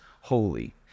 holy